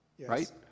right